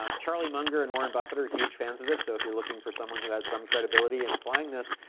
ah charlie munger and warren buffet are huge fans of this, so if you're looking for someone who has some credibility in applying this.